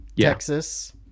Texas